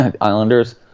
Islanders